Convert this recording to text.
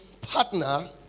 partner